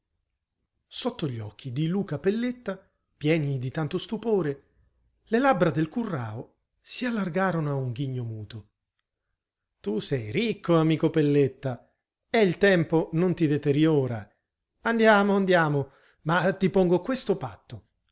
sotto gli occhi di luca pelletta pieni di tanto stupore le labbra del currao si allargarono a un ghigno muto tu sei ricco amico pelletta e il tempo non ti deteriora andiamo andiamo ma ti pongo questo patto